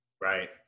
Right